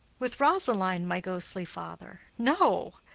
with rosaline, my ghostly father? no.